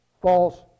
false